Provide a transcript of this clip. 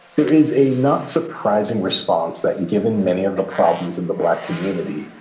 there is a not surprising response that and given many of the problems in the black community,